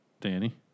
Danny